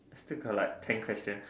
still got like ten question